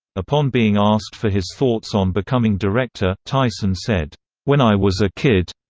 upon being asked for his thoughts on becoming director, tyson said when i was a kid.